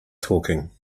talking